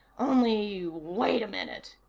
only wait a minute.